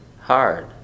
hard